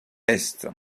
est